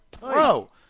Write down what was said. bro